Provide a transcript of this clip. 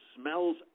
smells